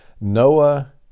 Noah